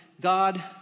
God